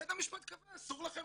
בית המשפט קבע אסור לכם